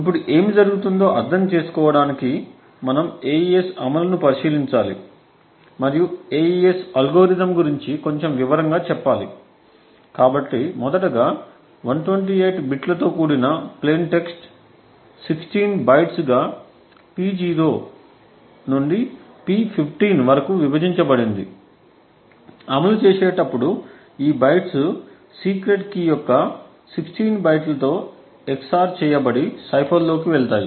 ఇప్పుడు ఏమి జరుగుతుందో అర్థం చేసుకోవడానికి మనం AES అమలును పరిశీలించాలి మరియు AES అల్గోరిథంalgorithm గురించి కొంచెం వివరంగా చెప్పాలి కాబట్టి మొదటగా 128 బిట్లతో కూడిన ప్లేయిన్ టెక్స్ట్ 16 బైట్స్గా P0 నుండి P15 వరకు విభజించబడింది అమలు చేసేటప్పుడు ఈ బైట్లు సీక్రెట్ కీ యొక్క 16 బైట్లతో XOR చేయబడి సైఫర్లోకి వెళ్తాయి